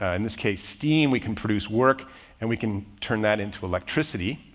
ah in this case, steam. we can produce work and we can turn that into electricity.